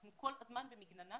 אנחנו כל הזמן במגננה